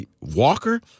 Walker